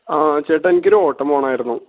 ആ ചേട്ടാ എനിക്ക് ഒരു ഓട്ടം പോവണമായിരുന്നു